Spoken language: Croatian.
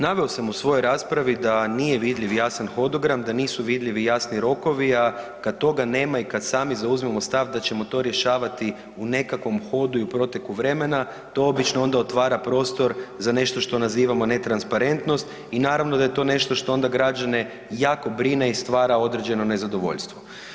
Naveo sam u svojoj raspravi da nije vidljiv jasan hodogram, da nisu vidljivi jasni rokovi, a kad toga nema i kad sami zauzmemo stav da ćemo to rješavati u nekakvom hodu i u proteku vremena, to obično onda otvara prostor za nešto što nazivamo netransparentnost i naravno da je to nešto što onda građane jako brine i stvara određeno nezadovoljstvo.